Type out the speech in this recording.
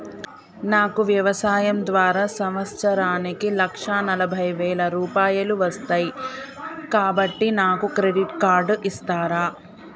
నాకు వ్యవసాయం ద్వారా సంవత్సరానికి లక్ష నలభై వేల రూపాయలు వస్తయ్, కాబట్టి నాకు క్రెడిట్ కార్డ్ ఇస్తరా?